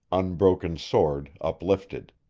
unbroken sword uplifted.